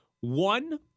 One